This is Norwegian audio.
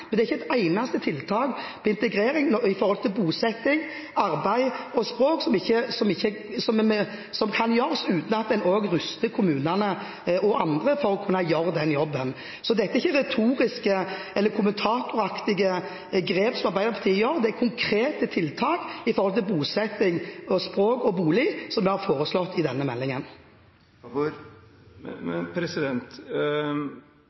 men ikke et eneste tiltak på integrering når det gjelder bosetting, arbeid og språk, kan gjøres uten at en også ruster kommunene og andre for å kunne gjøre den jobben. Det er ikke retoriske eller kommentatoraktive grep Arbeiderpartiet gjør, det er konkrete tiltak når det gjelder bosetting, språk og bolig, vi har foreslått i denne meldingen.